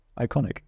iconic